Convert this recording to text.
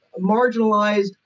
marginalized